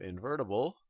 invertible